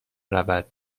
روَد